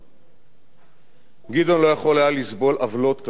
גדעון לא יכול היה לסבול עוולות כלפי בני-אדם באשר הם.